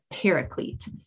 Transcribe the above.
paraclete